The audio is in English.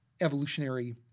evolutionary